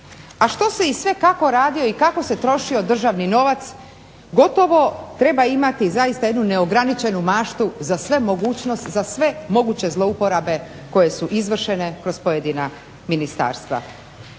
A što se i sve kako radilo i kako se trošio državni novac gotovo treba imati zaista jednu neograničenu maštu za sve moguće zlouporabe koje su izvršene kroz pojedina ministarstva.